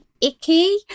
icky